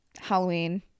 Halloween